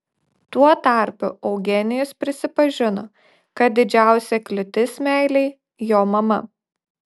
tuo tarpu eugenijus prisipažino kad didžiausia kliūtis meilei jo mama